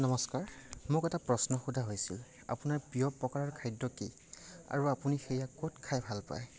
নমস্কাৰ মোক এটা প্ৰশ্ন সোধা হৈছিল আপোনাৰ প্ৰিয় প্ৰকাৰৰ খাদ্য কি আৰু আপুনি সেয়া ক'ত খাই ভাল পায়